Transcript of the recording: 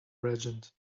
regent